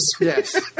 yes